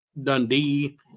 Dundee